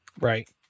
Right